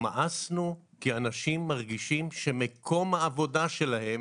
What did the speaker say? מאסנו, כי אנשים מרגישים שמקום העבודה שלהם